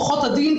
עורכות הדין,